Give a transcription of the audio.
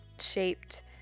shaped